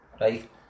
right